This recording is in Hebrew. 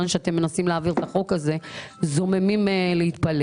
שאתם מנסים להעביר את החוק הזה זוממים להתפלג.